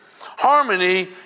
harmony